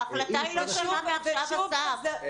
ההחלטה היא לא שונה מעכשיו, אסף.